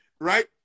right